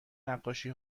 نقاشی